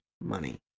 money